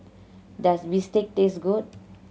does bistake taste good